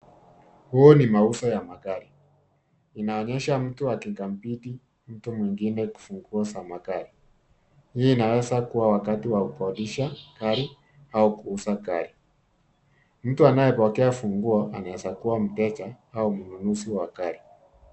Huo ni mauzo ya magari, inaonyesha mtu akimkabidhi mtu mwingine kifunguo za magari. Hii inaweza kuwa wakati wa kudodisha gari au kuuza gari. Mtu anayepokea funguo anaweza kuwa mteja au mnunuzi wa gari.